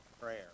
prayer